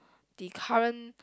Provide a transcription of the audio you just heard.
the current